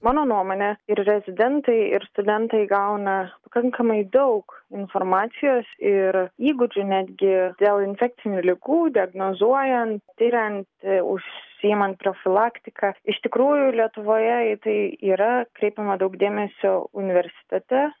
mano nuomone ir rezidentai ir studentai gauna pakankamai daug informacijos ir įgūdžių netgi dėl infekcinių ligų diagnozuojant tiriant užsiimant profilaktika iš tikrųjų lietuvoje į tai yra kreipiama daug dėmesio universitete